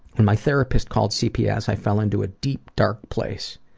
when my therapist called cps, i fell into a deep, dark place.